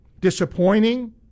Disappointing